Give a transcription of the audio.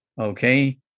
Okay